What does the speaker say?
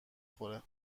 خوره